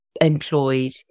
employed